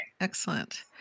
Excellent